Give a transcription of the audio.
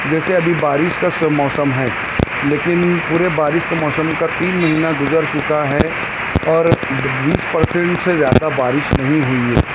جیسے ابھی بارش کا سا موسم ہے لیکن پورے بارش کے موسم کا تین مہینہ گزر چکا ہے اور بیس پرسینٹ سے زیادہ بارش نہیں ہوئی ہے